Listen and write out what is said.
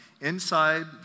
inside